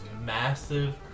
massive